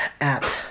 app